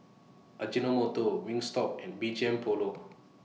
Ajinomoto Wingstop and B G M Polo